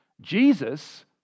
Jesus